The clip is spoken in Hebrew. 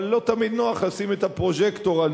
אבל לא תמיד נוח לשים את הפרוז'קטור על